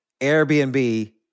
Airbnb